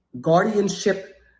guardianship